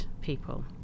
people